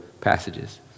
passages